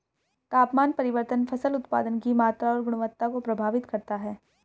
तापमान परिवर्तन फसल उत्पादन की मात्रा और गुणवत्ता को प्रभावित करता है